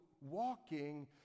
walking